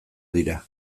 dira